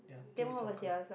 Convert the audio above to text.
play soccer